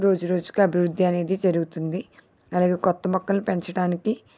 రోజు రోజుకు అభివృద్ధి అనేది జరుగుతుంది అలాగే కొత్త మొక్కలు పెంచడానికి